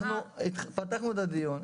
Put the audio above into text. פתחנו את הדיון.